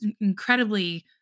incredibly